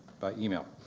by email.